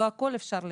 לא הכול אפשר לראות,